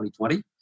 2020